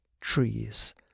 trees